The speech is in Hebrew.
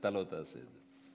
אתה לא תעשה את זה.